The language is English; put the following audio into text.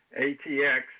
ATX